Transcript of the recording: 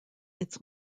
its